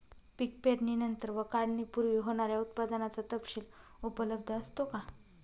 पीक पेरणीनंतर व काढणीपूर्वी होणाऱ्या उत्पादनाचा तपशील उपलब्ध असतो का?